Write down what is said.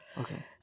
okay